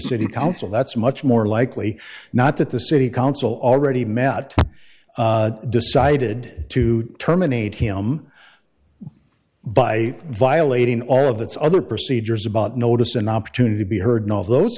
city council that's much more likely not that the city council already met decided to terminate him by violating all of its other procedures about notice an opportunity to be heard all those